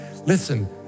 Listen